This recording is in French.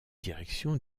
direction